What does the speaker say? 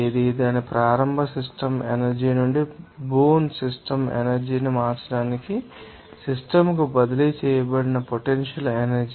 దాని ప్రారంభ system energy నుండి బోన్ సిస్టమ్ ఎనర్జీ ని మార్చడానికి సిస్టమ్ కు బదిలీ చేయబడిన పొటెన్షియల్ ఎనర్జీ ఏమిటి